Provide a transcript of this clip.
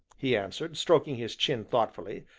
he answered, stroking his chin thoughtfully,